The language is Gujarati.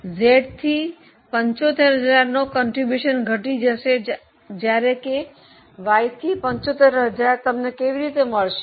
Z થી 75000 ફાળો ઘટી જશે જ્યારે કે Y થી 75000 તમને કેવી રીતે મળશે